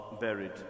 buried